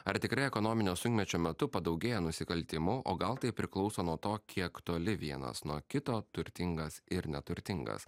ar tikrai ekonominio sunkmečio metu padaugėja nusikaltimų o gal tai priklauso nuo to kiek toli vienas nuo kito turtingas ir neturtingas